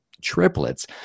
triplets